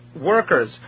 workers